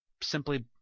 simply